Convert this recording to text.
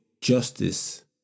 justice